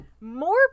More